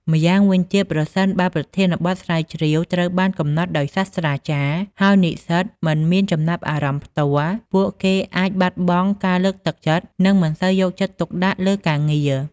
ម្យ៉ាងវិញទៀត ប្រសិនបើប្រធានបទស្រាវជ្រាវត្រូវបានកំណត់ដោយសាស្ត្រាចារ្យ ហើយនិស្សិតមិនមានចំណាប់អារម្មណ៍ផ្ទាល់ ពួកគេអាចបាត់បង់ការលើកទឹកចិត្ត និងមិនសូវយកចិត្តទុកដាក់លើការងារ។